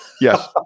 Yes